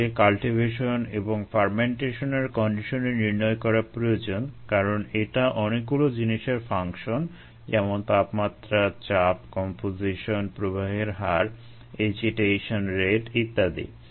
এটাকে কাল্টিভেশন এবং ফার্মেন্টেশনের যেমন তাপমাত্রা চাপ কম্পোজিশন প্রবাহের হার এজিটেশন রেট ইত্যাদি